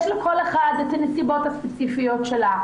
יש לכל אחת את הנסיבות הספציפיות שלה.